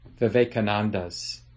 Vivekanandas